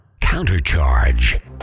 CounterCharge